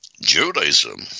Judaism